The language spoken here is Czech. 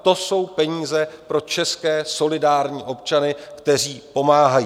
To jsou peníze pro české solidární občany, kteří pomáhají.